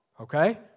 okay